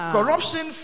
Corruption